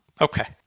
Okay